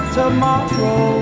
tomorrow